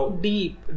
Deep